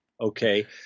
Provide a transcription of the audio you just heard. Okay